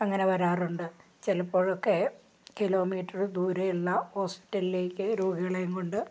അങ്ങനെ വരാറുണ്ട് ചിലപ്പോഴൊക്കെ കിലോമീറ്റർ ദൂരെയുള്ള ഹോസ്പിറ്റലിലേക്ക് രോഗികളെയും കൊണ്ട്